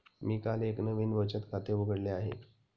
मी काल एक नवीन बचत खाते उघडले आहे